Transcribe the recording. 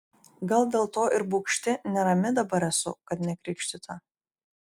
gal dėl to ir bugšti nerami dabar esu kad nekrikštyta